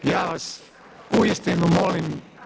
Ja vas uistinu molim.